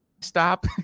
stop